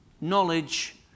knowledge